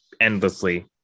endlessly